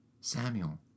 Samuel